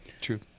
True